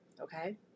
Okay